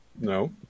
No